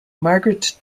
margaret